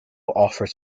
offers